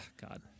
God